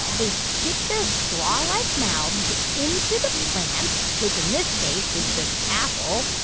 they stick their straw-like mouths into the plant, which, in this case, is this apple